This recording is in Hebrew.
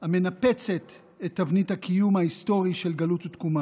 המנפצת את תבנית הקיום ההיסטורי של גלות ותקומה.